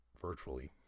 virtually